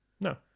No